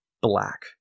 black